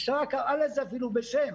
אפילו קראה לזה בשם.